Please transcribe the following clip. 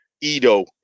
Edo